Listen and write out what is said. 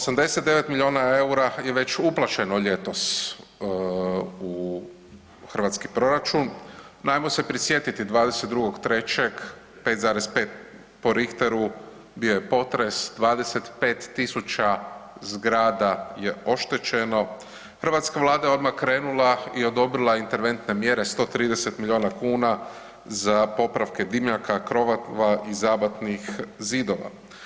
89 miliona EUR-a je već uplaćeno ljetos u hrvatski proračun, no ajmo se prisjetiti 22.3. 5,5, po Richteru bio je potres, 25.000 zgrada je oštećeno, hrvatska Vlada je odmah krenula i odobrila interventne mjere 130 miliona kuna za popravke dimnjaka, krovova i zabatnih zidova.